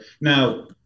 Now